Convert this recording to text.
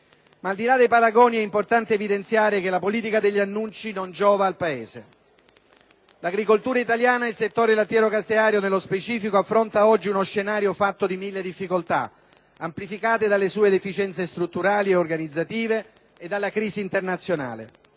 Al di la dei paragoni, è importante evidenziare che la politica degli annunci non giova al Paese. L'agricoltura italiana, e nello specifico il settore lattiero-caseario, affronta oggi uno scenario fatto di mille difficoltà, amplificate dalle sue deficienze strutturali e organizzative e dalla crisi internazionale